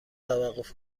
توقف